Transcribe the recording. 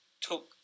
took